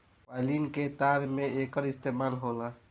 violin के तार में एकर इस्तेमाल होला